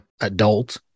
adult